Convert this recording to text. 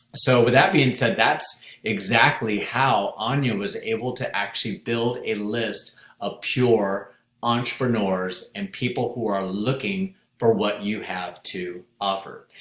so with that being said, that's exactly how um ania was able to actually build a list of pure entrepreneurs and people who are looking for what you have to offer.